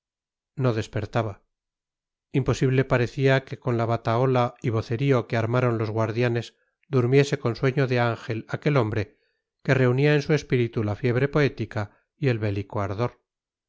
no despertaba imposible parecía que con la batahola y vocerío que armaron los guardianes durmiese con sueño de ángel aquel hombre que reunía en su espíritu la fiebre poética y el